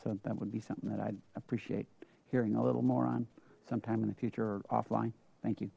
so that would be something that i'd appreciate hearing a little more on sometime in the future or offline thank you